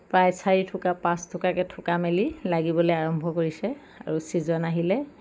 প্ৰায় চাৰি থোকা পাঁচ থোকা মেলি লাগিবলৈ আৰম্ভ কৰিছে আৰু ছিজন আহিলে